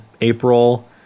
April